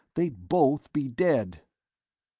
they'd both be dead!